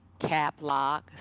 Caplock